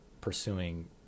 pursuing